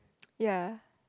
ya